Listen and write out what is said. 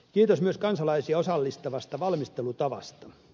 kiitos myös kansalaisia osallistavasta valmistelutavasta